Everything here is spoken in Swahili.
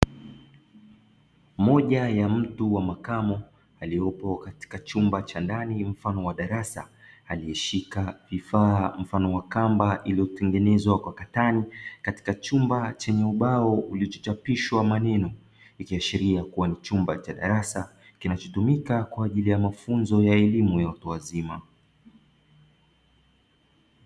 Moja ya mtu wa makamo aliyepo katika chumba cha ndani mfano wa darasa, aliyeshika vifaa mfano wa kamba iliyotengenezwa kwa katani, katika chumba chenye ubao ulichochapishwa maneno; ikiashiria kuwa ni chumba cha darasa, kinachotumika kwa ajili ya mafunzo ya elimu ya watu wazima.